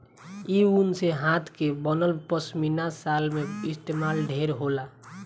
इ ऊन से हाथ के बनल पश्मीना शाल में इस्तमाल ढेर होला